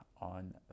on